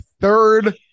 third